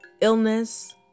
illness